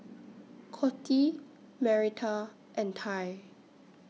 Coty Marita and Tai